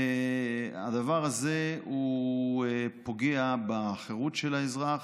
הדבר הזה פוגע בחירות של האזרח,